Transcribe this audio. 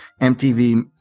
MTV